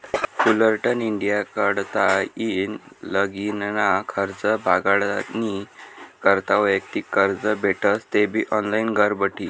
Fullerton India कडताईन लगीनना खर्च भागाडानी करता वैयक्तिक कर्ज भेटस तेबी ऑनलाईन घरबठी